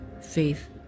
faith